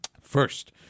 First